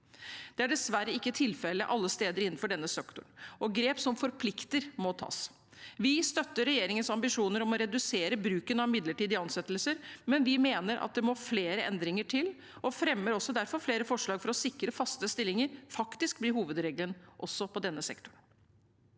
Det er dessverre ikke tilfelle alle steder innenfor denne sektoren, og grep som forplikter, må tas. Vi støtter regjeringens ambisjoner om å redusere bruken av midlertidige ansettelser, men mener at det må flere endringer til. Vi fremmer derfor flere forslag for å sikre at faste stillinger faktisk blir hovedregelen også i denne sektoren.